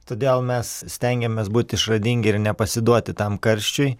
todėl mes stengiamės būti išradingi ir nepasiduoti tam karščiui